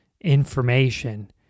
information